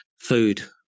food